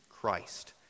Christ